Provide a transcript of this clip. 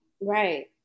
Right